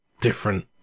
different